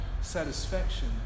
satisfaction